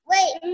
Wait